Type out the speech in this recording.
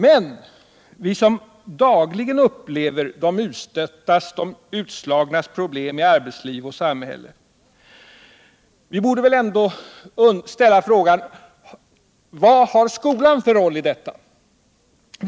Men vi som dagligen upplever de utstöttas, de utslagnas problem i arbetsliv och samhälle borde väl ändå ställa frågan: Vad har skolan för roll när det gäller detta?